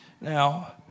Now